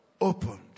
Opened